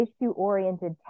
issue-oriented